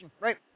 Right